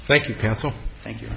thank you counsel thank you